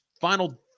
final